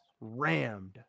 rammed